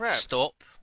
stop